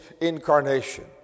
incarnation